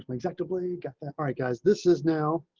um exactly. got that. all right, guys, this is now.